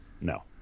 No